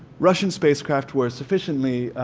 russian spacecraft were sufficiently,